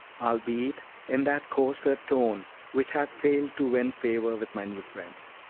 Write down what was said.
albeit in that coarser tone which had failed to win favor with my new friends.